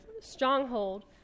stronghold